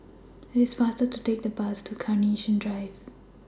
IT IS faster to Take The Bus to Carnation Drive